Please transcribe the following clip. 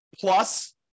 Plus